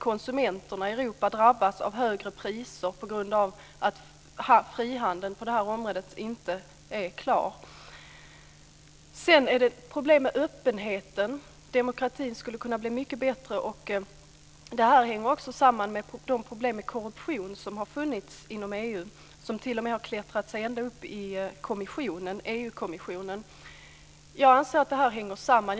Konsumenterna i Europa drabbas naturligtvis av högre priser på grund av att frihandeln på detta område inte är klar. Sedan är det problem med öppenheten. Demokratin skulle kunna bli mycket bättre. Det här hänger också samman med de problem med korruption som har funnits inom EU, som t.o.m. har klättrat ända upp i EU-kommissionen. Jag anser att det här hänger samman.